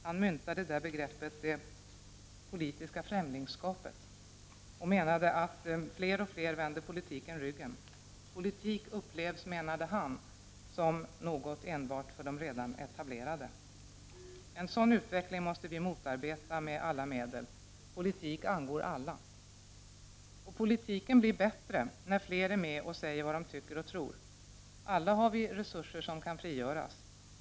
Han myntade där begreppet ”det politiska främlingskapet” och menade att fler och fler vänder politiken ryggen. Politik upplevs, menade han, som något enbart för de redan etablerade. En sådan utveckling måste vi motarbeta med alla medel. Politik angår alla. Och politiken blir bättre när fler är med och säger vad de tycker och tror. Alla har vi resurser som kan frigöras.